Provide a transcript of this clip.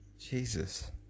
Jesus